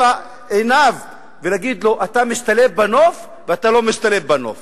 עיניו ולהגיד לו: אתה משתלב בנוף ואתה לא משתלב בנוף